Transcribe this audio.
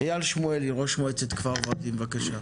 אייל שמואלי, ראש מועצת כפר ורדים, בבקשה.